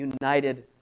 united